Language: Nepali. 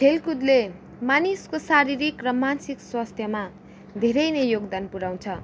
खेलकुदले मानिसको शारीरिक र मान्सिक स्वास्थ्यमा धेरै नै योगदान पुऱ्याउँछ